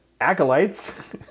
Acolytes